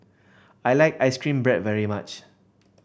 I like ice cream bread very much